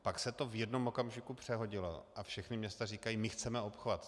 Pak se to v jednom okamžiku přehodilo a všechna města říkají: My chceme obchvat.